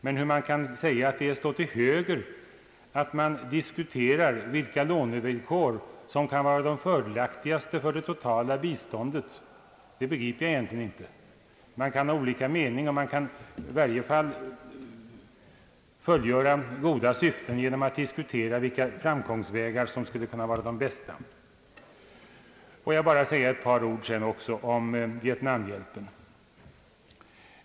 Men hur det kan sägas att man står till höger därför att man diskuterar vilka lånevillkor som kan vara de fördelaktigaste för det totala biståndet — det begriper jag egentligen inte. Man kan ha olika meningar, och man kan i varje fall fullgöra goda syften genom att diskutera vilka framgångsvägar som skulle kunna vara de bästa. Får jag bara säga några ord också om vietnamhjälpen.